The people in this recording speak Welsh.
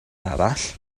arall